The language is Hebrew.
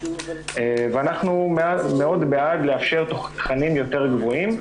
אנחנו מאוד בעד לאפשר תכנים יותר גבוהים.